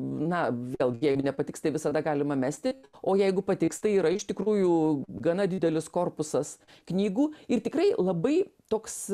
na gal jeigu nepatiks tai visada galima mesti o jeigu patiks tai yra iš tikrųjų gana didelis korpusas knygų ir tikrai labai toks